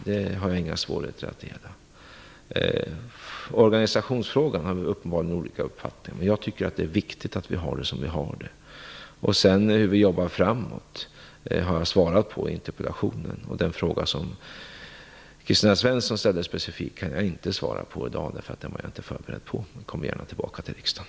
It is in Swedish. Den har jag inga svårigheter att dela. Organisationsfrågan har vi uppenbarligen olika uppfattning om, men jag tycker att det är viktigt att vi har det som vi har det. Jag har svarat på frågan om hur vi jobbar framåt i interpellationen. Den specifika fråga som Kristina Svensson ställde kan jag inte svara på i dag, därför att den var jag inte förberedd på. Kom gärna tillbaka till riksdagen!